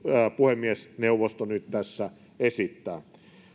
puhemiesneuvosto nyt tässä esittää